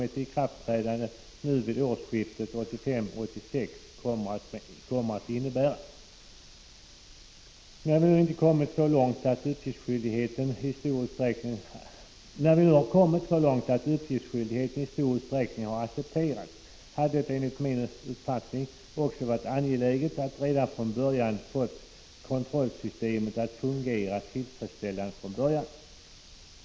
1985/86:50 som ett ikraftträdande vid årsskiftet 1985-1986 kommer att innebära. När vi 12 december 1985 nu kommit så långt att uppgiftsskyldigheten i stor utsträckning accepterats hade det enligt min uppfattning också varit angeläget att redan från början få kontrollsystemet att fungera tillfredsställande.